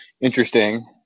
interesting